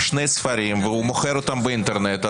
שני ספרים והוא מוכר אותם באינטרנט.